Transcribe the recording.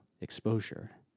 exposure